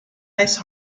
ice